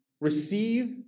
Receive